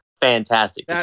fantastic